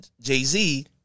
Jay-Z